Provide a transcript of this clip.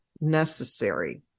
necessary